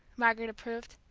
margaret approved.